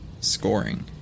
scoring